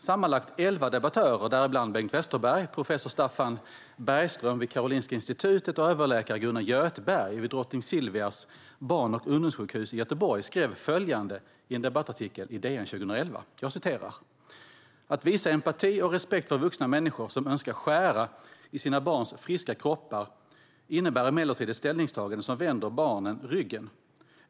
Sammanlagt elva debattörer, däribland Bengt Westerberg, professor Staffan Bergström vid Karolinska institutet och överläkare Gunnar Göthberg vid Drottning Silvias barn och ungdomssjukhus i Göteborg, skrev följande i en debattartikel i DN 2011: "Att visa empati och respekt för vuxna människor som önskar skära i sina barns friska kroppar innebär emellertid ett ställningstagande som vänder barnen ryggen.